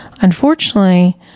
Unfortunately